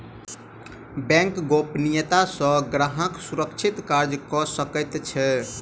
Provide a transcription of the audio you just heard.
bank गोपनियता सॅ ग्राहक सुरक्षित कार्य कअ सकै छै